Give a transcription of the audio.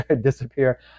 disappear